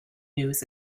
news